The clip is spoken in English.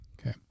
Okay